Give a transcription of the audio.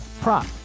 prop